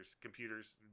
computers